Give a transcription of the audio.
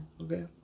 Okay